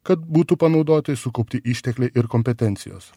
kad būtų panaudoti sukaupti ištekliai ir kompetencijos